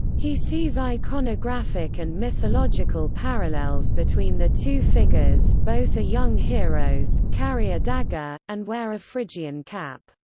he sees iconographic and mythological parallels between the two figures both are young heroes, carry a dagger, and wear a phrygian cap.